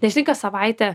nes žinai kas savaitę